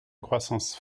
croissance